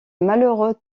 malheureux